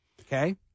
Okay